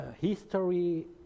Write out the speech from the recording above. history